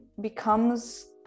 becomes